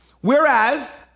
Whereas